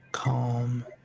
Calm